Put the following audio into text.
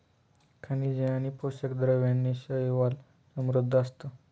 खनिजे आणि पोषक द्रव्यांनी शैवाल समृद्ध असतं